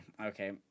okay